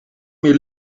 meer